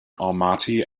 almaty